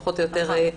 פחות או יותר --- נכון.